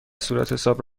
صورتحساب